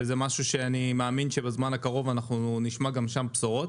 וזה משהו שאני מאמין שבזמן הקרוב אנחנו נשמע גם שם בשורות.